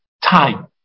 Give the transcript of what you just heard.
Time